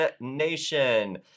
Nation